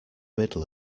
middle